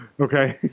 Okay